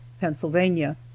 Pennsylvania